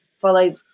follow